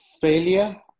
failure